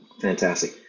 Fantastic